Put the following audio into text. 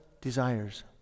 desires